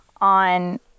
on